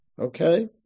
Okay